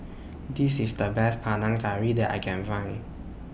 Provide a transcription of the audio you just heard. This IS The Best Panang Curry that I Can Find